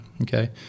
Okay